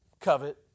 covet